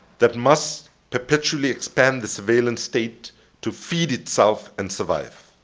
that must perpetually expand the surveillance state to feed itself and survive.